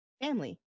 family